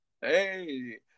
Hey